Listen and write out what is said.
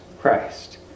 Christ